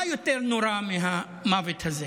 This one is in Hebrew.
מה יותר נורא מהמוות הזה?